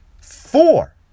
Four